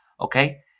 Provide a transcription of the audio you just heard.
Okay